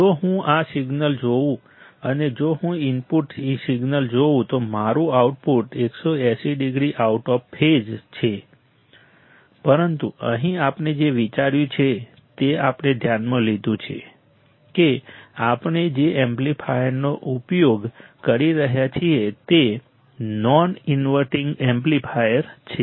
જો હું આ સિગ્નલ જોઉં અને જો હું ઇનપુટ સિગ્નલ જોઉં તો મારું output 180 degree out of phase છે પરંતુ અહીં આપણે જે વિચાર્યું છે તે આપણે ધ્યાનમાં લીધું છે કે આપણે જે એમ્પ્લીફાયરનો ઉપયોગ કરી રહ્યા છીએ તે નોન ઇનવર્ટિંગ એમ્પ્લીફાયર છે